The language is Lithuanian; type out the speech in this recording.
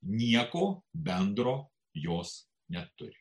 nieko bendro jos neturi